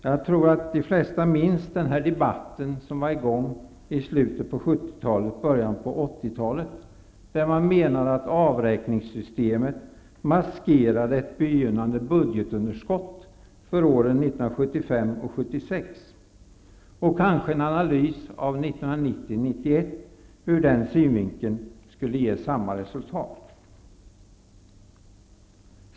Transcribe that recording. Jag tror att de flesta minns debatten från slutet av 70-talet och början av 80-talet, då man menade att avräkningssystemet maskerade ett begynnande budgetunderskott för åren 1975 och 1976. Kanske en analys av 1990 och 1991 skulle ge samma resultat.